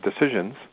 decisions